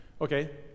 okay